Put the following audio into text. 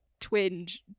twinge